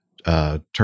Turn